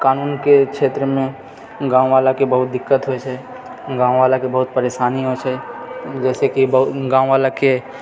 कानूनके क्षेत्र मे गाँववलाके बहुत दिक्कत होइ छै गाँववलाके बहुत परेशानी होइ छै जैसेकि गाँववलाके